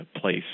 place